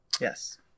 Yes